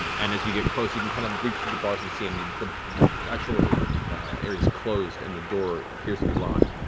and as you get close you can kind of reach through the bars and see him, the the actual area is closed and the door appears to be locked,